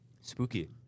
Spooky